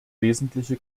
wesentliche